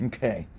Okay